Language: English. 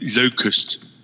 locust